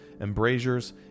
embrasures